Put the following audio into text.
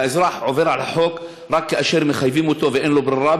האזרח עובר על החוק רק כאשר מחייבים אותו ואין לו ברירה,